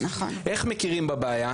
איך מכירים בבעיה?